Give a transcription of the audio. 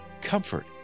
comfort